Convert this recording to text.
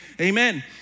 Amen